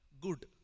good